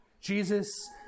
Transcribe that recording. Jesus